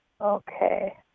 Okay